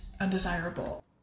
undesirable